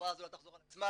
שהתופעה לא תחזור על עצמה.